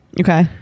Okay